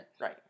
Right